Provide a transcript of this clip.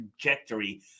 trajectory